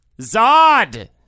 Zod